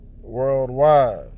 worldwide